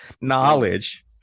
knowledge